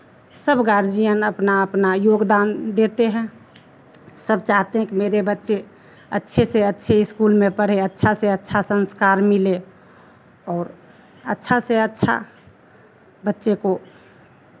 सब गार्जियन अपना अपना योगदान देते हैं सब चाहते हैं कि मेरे बच्चे अच्छे से अच्छे स्कूल में पढ़ें अच्छा से अच्छा संस्कार मिले और अच्छा से अच्छा बच्चे को